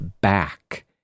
back